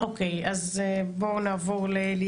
אני משמש מטעם המפלגה ומטעם התושבים עצמם כנציג